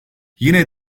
yine